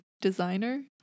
designer